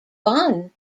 fun